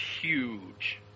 huge